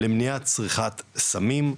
למניעת צריכת סמים,